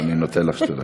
אני נותן לך שתי דקות.